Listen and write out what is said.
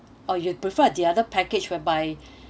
or you prefer the other package whereby